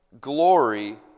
glory